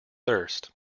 thirst